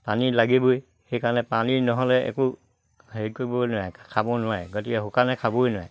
পানী লাগিবই সেইকাৰণে পানী নহ'লে একো হেৰি কৰিবই নোৱাৰে খাব নোৱাৰে গতিকে শুকানে খাবই নোৱাৰে